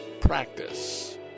practice